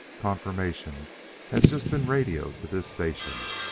confirmation has just been radioed to this station.